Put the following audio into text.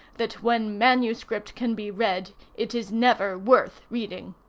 that when manuscript can be read it is never worth reading.